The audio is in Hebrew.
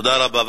תודה רבה.